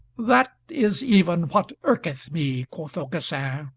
that is even what irketh me, quoth aucassin.